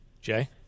Jay